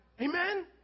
Amen